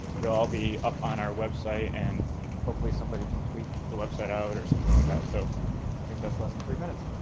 it'll all be up on our website and hopefully somebody can tweet the website out or something like that, so i think that's less than three minutes.